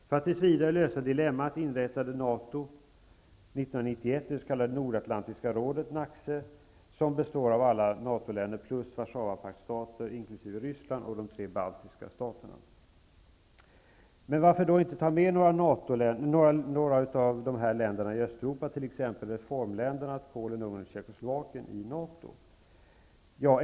För att tills vidare lösa dilemmat inrättade NATO 1991 det s.k. Nordatlantiska rådet, NACC, som består av alla NATO-länder plus f.d. Warszawapaktsstater inkl. Ryssland och de tre baltiska staterna. Men varför inte ta med några av länderna i Ungern och Tjeckoslovakien?